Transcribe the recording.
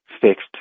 fixed